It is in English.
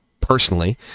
personally